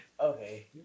Okay